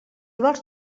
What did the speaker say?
vols